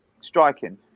striking